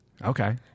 Okay